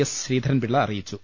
S Sreedharan Pillai അറിയിച്ചു